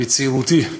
בצעירותי,